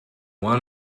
one